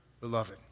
beloved